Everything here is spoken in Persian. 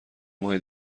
ماه